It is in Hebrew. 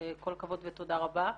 כל הכבוד ותודה רבה.